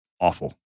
awful